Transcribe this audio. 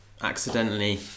accidentally